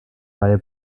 reihe